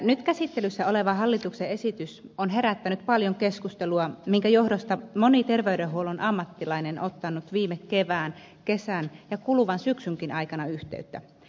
nyt käsittelyssä oleva hallituksen esitys on herättänyt paljon keskustelua minkä johdosta moni terveydenhuollon ammattilainen on ottanut viime kevään kesän ja kuluvan syksynkin aikana yhteyttä